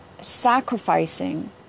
sacrificing